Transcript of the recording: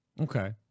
Okay